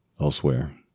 elsewhere